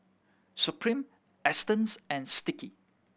Supreme Astons and Sticky